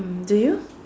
do you